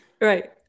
right